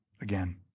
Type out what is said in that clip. again